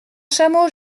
chameau